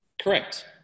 Correct